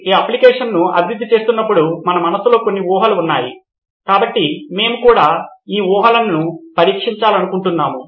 ఈ అప్లికషన్ ను అభివృద్ధి చేసేటప్పుడు మన మనస్సులో కొన్ని ఊహలు ఉన్నాయి కాబట్టి మేము కూడా ఈ ఊహలను పరీక్షించాలనుకుంటున్నాము